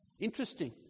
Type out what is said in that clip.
Interesting